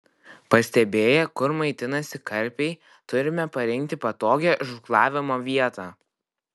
pastebėję kur maitinasi karpiai turime parinkti patogią žūklavimo vietą